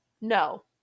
No